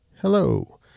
hello